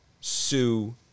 sue